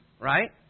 Right